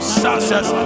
success